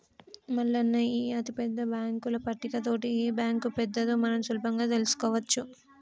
మల్లన్న ఈ అతిపెద్ద బాంకుల పట్టిక తోటి ఏ బాంకు పెద్దదో మనం సులభంగా తెలుసుకోవచ్చు